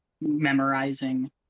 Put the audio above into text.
memorizing